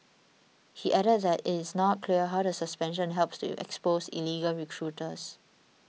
he added that it is not clear how the suspension helps to expose illegal recruiters